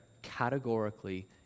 categorically